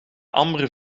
amber